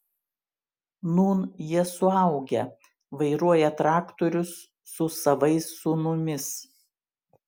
nūn jie suaugę vairuoja traktorius su savais sūnumis